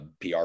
PR